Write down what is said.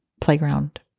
playground